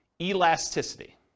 Elasticity